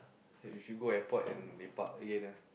you should go airport and lepak again ah